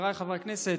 חבריי חברי הכנסת,